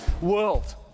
world